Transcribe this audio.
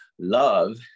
Love